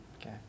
Okay